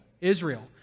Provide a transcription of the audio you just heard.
Israel